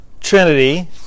trinity